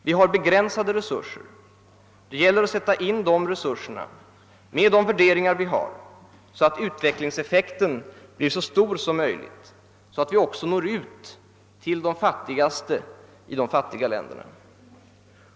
Vi har begränsade resurser, och det gäller att sätta in dessa resurser med de värderingar vi har, så att utvecklingseffekten blir så stor som möjligt och så att vi också når ut till de fattigaste i de fattiga länderna.